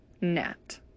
Net